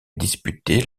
disputé